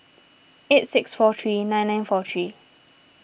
eight six four three nine nine four three